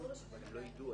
אסור לשופט לדעת